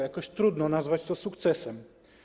Jakoś trudno nazwać to sukcesem.